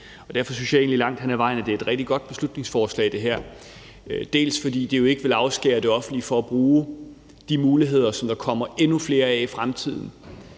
Derfor synes jeg egentlig langt hen ad vejen, at det her er et rigtig godt beslutningsforslag. Det er det, dels fordi det ikke vil afskære det offentlige fra at bruge de muligheder, der kommer endnu flere af i fremtiden,